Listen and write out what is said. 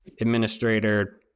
administrator